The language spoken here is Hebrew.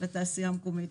לתעשייה המקומית.